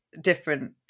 different